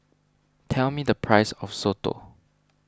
tell me the price of Soto